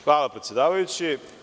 Hvala predsedavajući.